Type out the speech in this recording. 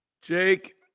Jake